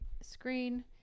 screen